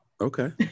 okay